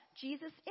jesus